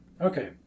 Okay